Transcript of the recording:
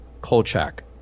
Kolchak